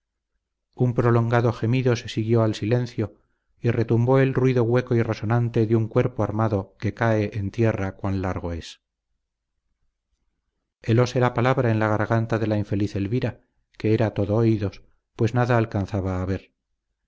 un prolongado gemido se siguió al silencio y retumbó el ruido hueco y resonante de un cuerpo armado que cae en tierra cuan largo es helóse la palabra en la garganta de la infeliz elvira que era todo oídos pues nada alcanzaba a ver